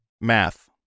Math